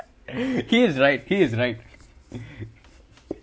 he is right he is right